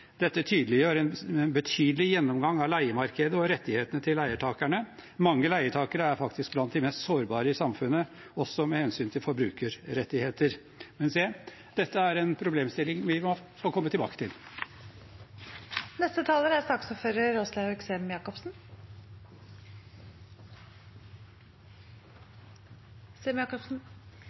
dette tydeliggjør en betydelig gjennomgang av leiemarkedet og rettighetene til leietakerne. Mange leietakere er faktisk blant de mest sårbare i samfunnet, også med hensyn til forbrukerrettigheter. Dette er en problemstilling vi får komme tilbake